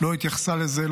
לא התייחסה לזה.